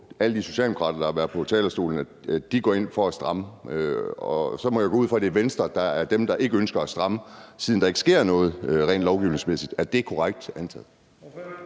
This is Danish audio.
alle de socialdemokrater, der har været på talerstolen, at de går ind for at stramme. Og så må jeg jo gå ud fra, at det er Venstre, der er dem, der ikke ønsker at stramme, siden der ikke sker noget rent lovgivningsmæssigt. Er det korrekt antaget?